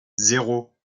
zéro